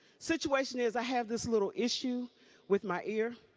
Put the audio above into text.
situation is i have this little issue with my ear